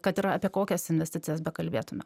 kad ir apie kokias investicijas bekalbėtume